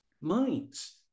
minds